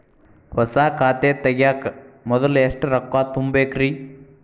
ಹೊಸಾ ಖಾತೆ ತಗ್ಯಾಕ ಮೊದ್ಲ ಎಷ್ಟ ರೊಕ್ಕಾ ತುಂಬೇಕ್ರಿ?